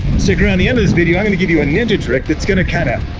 sit around the end of this video, i'm gonna give you a niche trick that's gonna cut out,